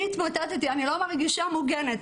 אני לא מרגישה מוגנת.